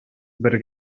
бер